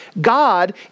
God